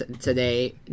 today